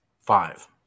Five